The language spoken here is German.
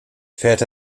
fährt